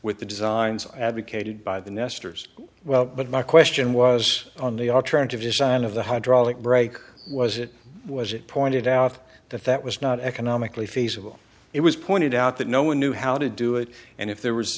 with the designs advocated by the nestors well but my question was on the alternative vision of the hydraulic brake was it was it pointed out that that was not economically feasible it was pointed out that no one knew how to do it and if there was